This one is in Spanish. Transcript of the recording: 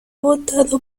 votado